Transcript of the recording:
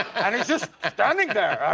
and just standing there.